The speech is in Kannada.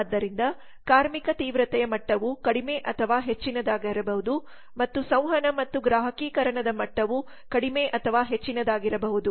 ಆದ್ದರಿಂದ ಕಾರ್ಮಿಕ ತೀವ್ರತೆಯ ಮಟ್ಟವು ಕಡಿಮೆ ಅಥವಾ ಹೆಚ್ಚಿನದಾಗಿರಬಹುದು ಮತ್ತು ಸಂವಹನ ಮತ್ತು ಗ್ರಾಹಕೀಕರಣದ ಮಟ್ಟವು ಕಡಿಮೆ ಅಥವಾ ಹೆಚ್ಚಿನದಾಗಿರಬಹುದು